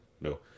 no